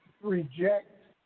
reject